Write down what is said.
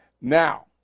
Now